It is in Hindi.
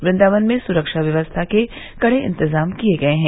वृन्दावन में सुरक्षा व्यवस्था के कड़े इंतजाम किये गये है